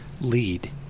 lead